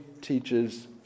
teaches